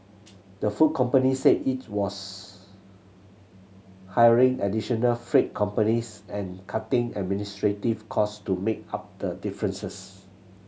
the food company said it was hiring additional freight companies and cutting administrative cost to make up the differences